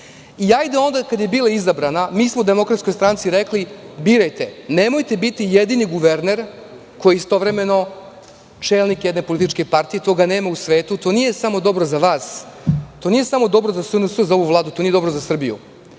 Onda kada je bila izabrana mi smo u DS rekli – birajte, nemojte biti jedini guverner koji je istovremeno čelnik jedne političke partije, toga nema u svetu, to nije dobro za vas, to nije dobro za SNS i za ovu Vladu, to nije dobro za Srbiju. Kada